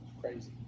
Crazy